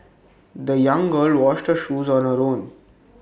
the young girl washed her shoes on her own